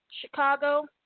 Chicago